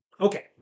Okay